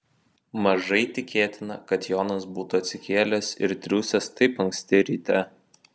mažai tikėtina kad jonas būtų atsikėlęs ir triūsęs taip anksti ryte